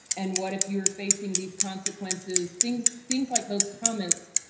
and what if you were facing these consequences? things, things like those comments?